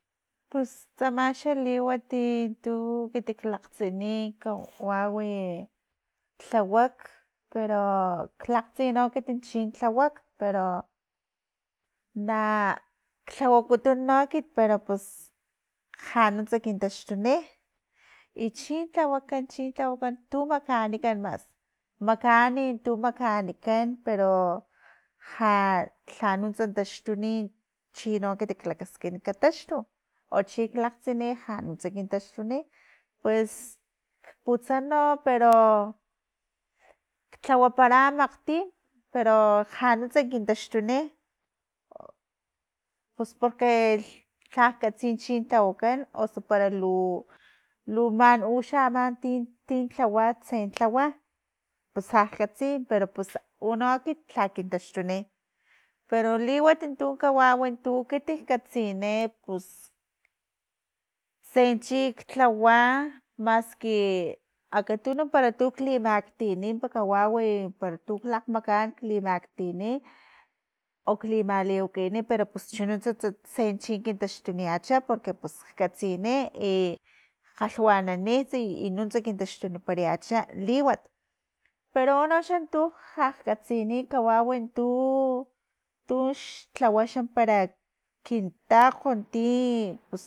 Pus tsamaxa liwati tu ekiti klakgtsini kawawi e lhawak pero lakgtsi ekiti chintlawak pero na tlawakutun no ekit pero pus januntsa kun taxtuni, i chin tlawakan chin tlawakan tu makanikan mas makanikan tu makanikan pero ja januntsa taxtuni chino ekiti lakaskin kataxtu ochi klakgtsini ja nuntsa kin taxtuni, pues, putsano pero, tlawapara amakgtim pero ja nuntsa kin taxtuni pus porque lhakatsi chin tlawakan osu para lu- lu man u xa aman ti- tin u tsen lhawama pus lha katsi pero pus u ama ekit lha kintaxtuni pero liwat untu kawawi tu ekitik katsini pus, tsen chi tlawa maski akatunu para tu klimaktini kawawi para tu makaan tu maktini, o klimawakani pero pus chununtsatsa tse chin kintaxtuniacha porque pus katsini i kgalhwananits i nuntsa kintaxtunuparayach liwat pero unoxan tu jak katsini kawawi tu tux tlawa para liktakgo ti